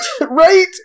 right